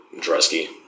Dresky